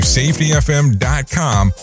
safetyfm.com